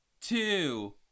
two